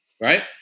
right